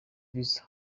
visa